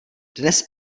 dnes